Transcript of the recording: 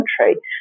country